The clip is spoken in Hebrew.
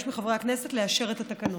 אבקש מחברי הכנסת לאשר את התקנות.